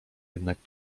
jednak